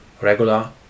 regular